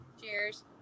cheers